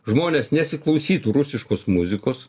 žmonės nesiklausytų rusiškos muzikos